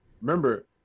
Remember